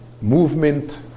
movement